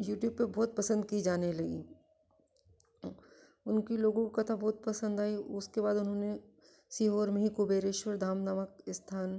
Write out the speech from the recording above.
YouTube पर बहुत पसंद की जाने लगी उनकी लोगों को कथा बहुत पसंद आई उसके बाद उन्होंने सीहोर में ही कुबेरेश्वर धाम नामक स्थान